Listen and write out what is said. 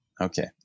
Okay